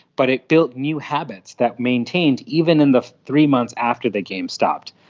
but it built new habits that maintained even in the three months after the game stopped.